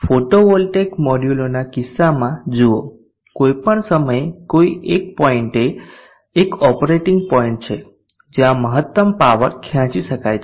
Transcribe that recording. photovoltaic મોડ્યુલોના કિસ્સામાં જુઓ કોઈ પણ સમયે કોઈ એક પોઈન્ટએ એક ઓપરેટિંગ પોઇન્ટ છે જ્યાં મહત્તમ પાવર ખેંચી શકાય છે